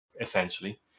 essentially